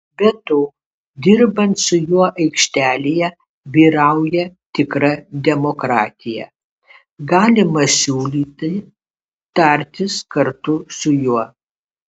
be to dirbant su juo aikštelėje vyrauja tikra demokratija galima siūlyti tartis kartu su juo